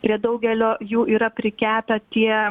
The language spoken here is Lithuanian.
prie daugelio jų yra prikepę tie